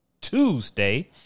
Tuesday